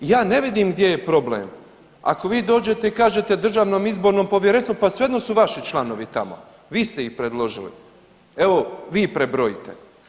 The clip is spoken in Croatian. Ja ne vidim gdje je problem ako vi dođete i kažete Državnom izbornom povjerenstvu pa svejedno su vaši članovi tamo, vi ste ih predložili, evo vi prebrojite.